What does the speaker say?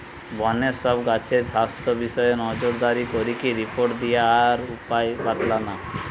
বনের সব গাছের স্বাস্থ্য বিষয়ে নজরদারি করিকি রিপোর্ট দিয়া আর উপায় বাৎলানা